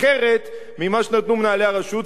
אחרת ממה שנתנו מנהלי הרשות,